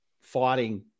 fighting